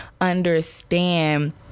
understand